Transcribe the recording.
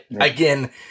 Again